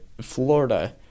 Florida